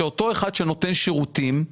שאותו אחד שנותן שירותים,